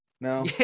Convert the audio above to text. no